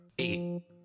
eight